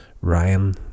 Ryan